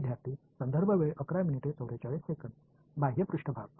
विद्यार्थीः बाह्य पृष्ठभाग